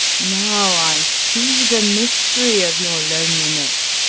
now i see the myst'ry of your loneliness,